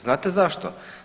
Znate zašto?